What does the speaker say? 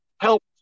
help